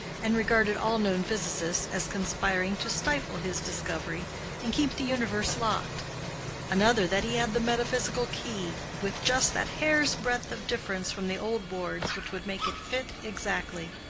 and regarded all known physicists as conspiring to stifle his discovery and keep the universe locked another, that he had the metaphysical key, with just that hair's-breadth of difference from the old wards which would make it fit exactly.